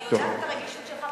אני יודעת את הרגישות שלך,